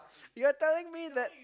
you're telling me that